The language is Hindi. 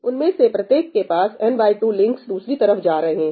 उनमें से प्रत्येक के पास n2 लिंक्स दूसरी तरफ जा रहे हैं